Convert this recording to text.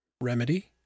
Remedy